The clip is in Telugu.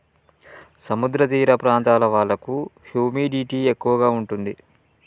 సముద్ర తీర ప్రాంతాల వాళ్లకు హ్యూమిడిటీ ఎక్కువ ఉంటది